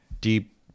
deep